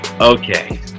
Okay